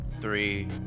three